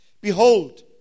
Behold